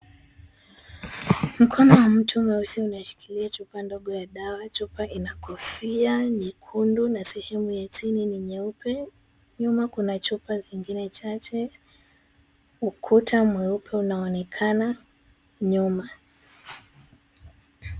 Mkono wa mtu mweusi unashikilia chupa ndogo ya dawa. Chupa ina kofia nyekundu na sehemu ya chini ni nyeupe, nyuma kuna chupa zingine chache. Ukuta mweupe unaonekana nyuma.